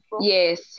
Yes